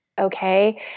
okay